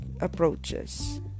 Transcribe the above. approaches